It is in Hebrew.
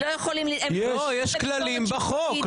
הם לא יכולים --- לא, יש כללים בחוק.